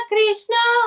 Krishna